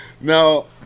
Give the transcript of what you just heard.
Now